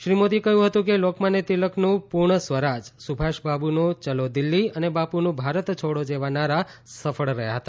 શ્રી મોદીએ કહ્યું હતું કે લોકમાન્ય તિલકનું પૂર્ણ સ્વરાજ સુભાષ બાબુનું ચલો દિલ્લી અને બાપુનું ભારત છોડો જેવા નારા સફળ રહ્યા હતા